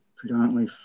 predominantly